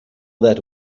that